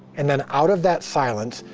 and then out of that silence,